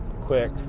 Quick